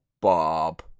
Bob